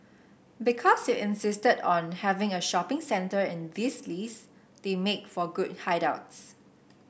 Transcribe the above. because you insisted on having a shopping centre in this list they make for good hideouts